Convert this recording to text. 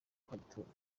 kagitumba